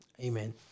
Amen